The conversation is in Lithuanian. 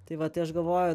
tai va tai aš galvoju